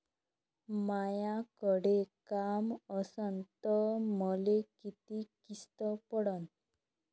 मायाकडे काम असन तर मले किती किस्त पडन?